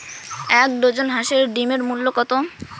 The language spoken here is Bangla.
এক ডজন হাঁসের ডিমের মূল্য কত?